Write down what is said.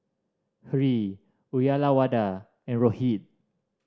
Hri Uyyalawada and Rohit